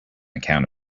account